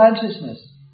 consciousness